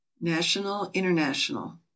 National-International